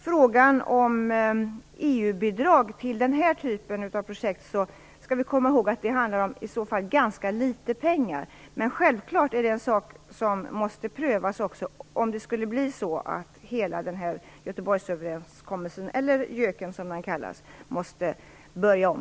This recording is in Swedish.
Fru talman! Jag har en fråga till utbildningsministern.